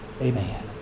Amen